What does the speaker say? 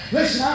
Listen